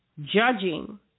judging